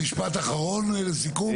משפט לסיכום,